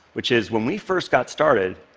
which is, when we first got started,